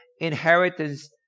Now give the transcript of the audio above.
inheritance